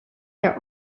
their